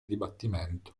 dibattimento